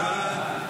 מי בעד?